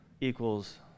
equals